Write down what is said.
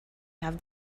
have